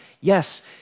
yes